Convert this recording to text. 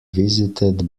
visited